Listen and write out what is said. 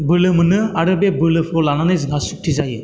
बोलो मोनो आरो बे बोलोखौ लानानै जोंहा शक्ति जायो